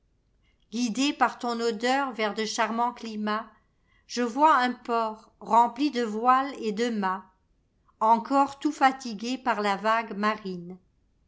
guidé par ton odeur vers de charmants climats je vois un port rempli de voiles et de mâtsencor tout fatigués par la vague marine